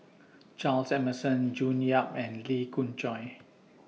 Charles Emmerson June Yap and Lee Khoon Choy